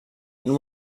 and